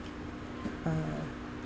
uh